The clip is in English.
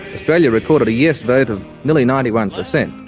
australia recorded a yes vote of nearly ninety one percent.